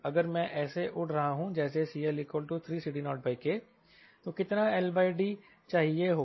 अगर मैं ऐसे उड़ रहा हूं जैसे CL3CD0K तो कितना LD चाहिए होगा